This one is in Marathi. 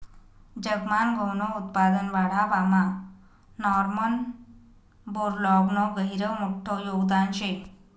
जगमान गहूनं उत्पादन वाढावामा नॉर्मन बोरलॉगनं गहिरं मोठं योगदान शे